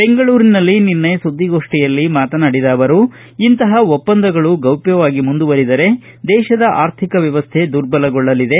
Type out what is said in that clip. ಬೆಂಗಳೂರಿನಲ್ಲಿ ನಿನ್ನೆ ಸುದ್ಗೋಷ್ಟಿಯಲ್ಲಿ ಮಾತನಾಡಿದ ಅವರು ಇಂತಹ ಒಪ್ಪಂದಗಳು ಗೌಪ್ಪವಾಗಿ ಮುಂದುವರೆದರೆ ದೇಶದ ಅರ್ಥಿಕ ವ್ಯವಸ್ಥೆ ದುರ್ಬಲಗೊಳ್ಳಲಿದೆ